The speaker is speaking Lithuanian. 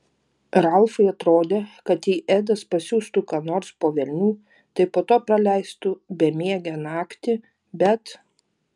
ralfui atrodė kad jei edas pasiųstų ką nors po velnių tai po to praleistų bemiegę naktį bet